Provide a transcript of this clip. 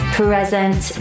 present